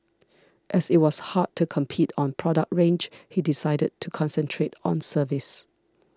as it was hard to compete on product range he decided to concentrate on service